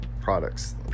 products